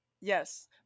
Yes